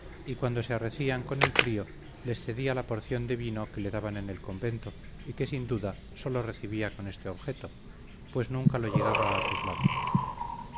y cuando se arrecían con el frío les cedía la porción de vino que le daban en el convento y que sin duda sólo recibía con este objeto pues nunca lo llegaba a los labios